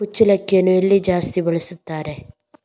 ಕುಚ್ಚಲಕ್ಕಿಯನ್ನು ಎಲ್ಲಿ ಜಾಸ್ತಿ ಬೆಳೆಸುತ್ತಾರೆ?